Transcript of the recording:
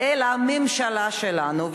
אלא הממשלה שלנו,